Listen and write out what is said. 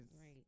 right